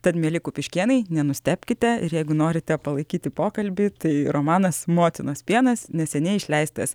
tad mieli kupiškėnai nenustebkite ir jeigu norite palaikyti pokalbį tai romanas motinos pienas neseniai išleistas